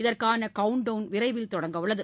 இதற்கான கவுண்டவுன் விரைவில் தொடங்கவுள்ளது